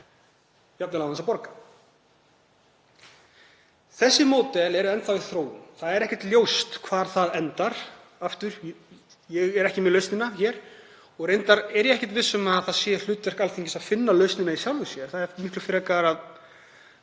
jafnvel án þess að borga. Þessi módel eru enn þá í þróun og ekki ljóst hvar þau enda. Ég er ekki með lausnina hér og reyndar er ég ekki viss um að það sé hlutverk Alþingis að finna lausnina í sjálfu sér, það er miklu frekar